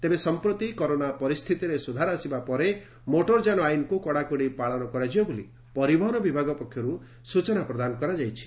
ତେବେ ସମ୍ପତି କରୋନା ପରିସ୍ଥିତିରେ ସୁଧାର ଆସିବା ପରେ ମୋଟର ଯାନ ଆଇନକୁ କଡାକଡି ପାଳନ କରାଯିବ ବୋଲି ପରିବହନ ବିଭାଗ ପକ୍ଷରୁ ସ୍ ଚନା ପ୍ରଦାନ କରାଯାଇଛି